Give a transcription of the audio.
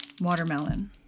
watermelon